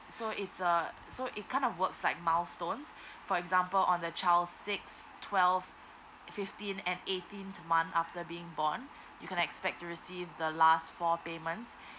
so it's uh so it kind of works like milestones for example on the child's sixth twelfth fifteenth and eighteenth month after being born you can expect to see the last four payments